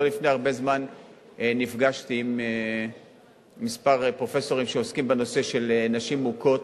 לא לפני הרבה זמן נפגשתי עם כמה פרופסורים שעוסקים בנושא של נשים מוכות.